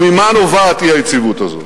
וממה נובעת האי-יציבות הזאת?